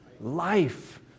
Life